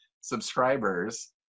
subscribers